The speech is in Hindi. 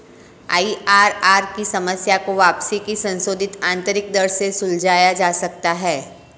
आई.आर.आर की समस्या को वापसी की संशोधित आंतरिक दर से सुलझाया जा सकता है